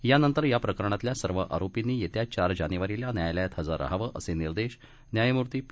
यानंतरयाप्रकरणातल्यासर्वआरोपींनीयेत्याचारजानेवारीलान्यायालयातहजररहावंअसेनिर्देशन्यायमूर्तीपी